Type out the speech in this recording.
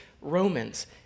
Romans